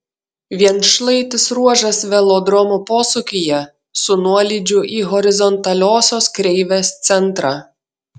vienšlaitis ruožas velodromo posūkyje su nuolydžiu į horizontaliosios kreivės centrą